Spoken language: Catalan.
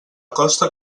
costa